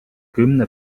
kümne